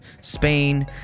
spain